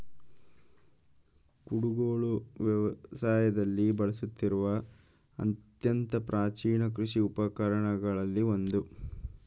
ಕುಡುಗೋಲು ವ್ಯವಸಾಯದಲ್ಲಿ ಬಳಸುತ್ತಿರುವ ಅತ್ಯಂತ ಪ್ರಾಚೀನ ಕೃಷಿ ಉಪಕರಣಗಳಲ್ಲಿ ಒಂದು